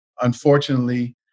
unfortunately